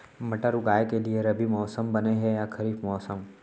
मटर उगाए के लिए रबि मौसम बने हे या खरीफ मौसम?